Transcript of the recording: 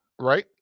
Right